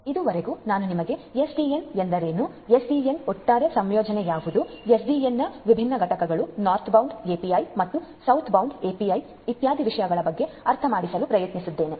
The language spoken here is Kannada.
ಇದುವರೆಗೂ ನಾನು ನಿಮಗೆ ಎಸ್ಡಿಎನ್ ಎಂದರೇನು ಎಸ್ಡಿಎನ್ನ ಒಟ್ಟಾರೆ ಸಂಯೋಜನೆ ಯಾವುದು ಎಸ್ಡಿಎನ್ನ ವಿಭಿನ್ನ ಘಟಕಗಳು ನಾರ್ತ್ಬೌಂಡ್ API ಮತ್ತು ಸೌತ್ಬೌಂಡ್ API ಇತ್ಯಾದಿ ವಿಷಯಗಳ ಬಗ್ಗೆ ಅರ್ಥಮಾಡಿಸಲು ಪ್ರಯತ್ನಿಸಿದ್ದೇನೆ